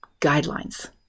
guidelines